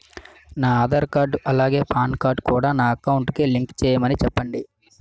నా ఆధార్ కార్డ్ అలాగే PAN card కూడా నా అకౌంట్ కి లింక్ చేయమని చెప్పండి